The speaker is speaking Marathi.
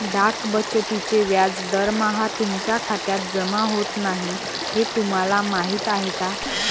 डाक बचतीचे व्याज दरमहा तुमच्या खात्यात जमा होत नाही हे तुम्हाला माहीत आहे का?